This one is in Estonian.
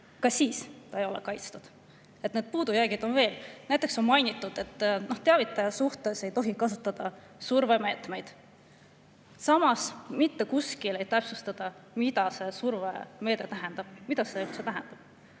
ka siis ta ei ole kaitstud. Neid puudujääke on veel. Näiteks on mainitud, et teavitaja suhtes ei tohi kasutada survemeetmeid. Samas mitte kuskil ei täpsustata, mida see survemeede tähendab. Mida see üldse tähendab?!